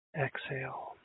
Exhale